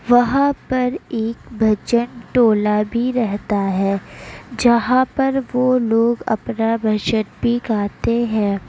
وہاں پر ایک بھجن ٹولہ بھی رہتا ہے جہاں پر وہ لوگ اپنا بھجن بھی گاتے ہیں